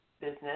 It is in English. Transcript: business